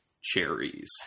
cherries